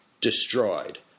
destroyed